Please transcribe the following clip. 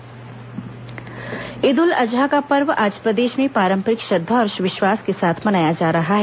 ईद उल अजहा ईद उल अजहा का पर्व आज प्रदेश में पारंपरिक श्रद्धा और विश्वास के साथ मनाया जा रहा है